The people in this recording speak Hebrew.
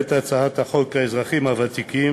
את הצעת חוק האזרחים הוותיקים